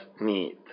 need